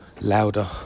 louder